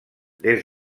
des